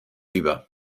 über